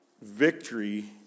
victory